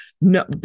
No